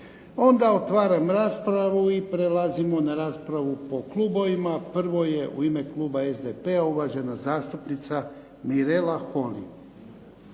Otvaram raspravu. Prelazimo na raspravu po klubovima. Prvo je u ime kluba SDP-a uvažena zastupnica Mirela Holy.